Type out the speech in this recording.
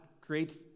creates